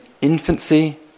infancy